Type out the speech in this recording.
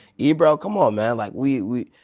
ebro, come on man like we.